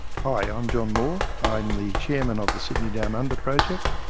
hi, i'm john moore, i'm the chairman of the sydney down under project.